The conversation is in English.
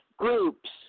groups